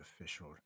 official